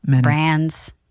brands